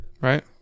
Right